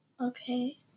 Okay